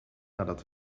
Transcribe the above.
nadat